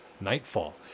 nightfall